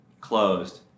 closed